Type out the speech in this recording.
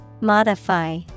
Modify